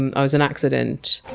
and i was an accident.